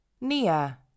Nia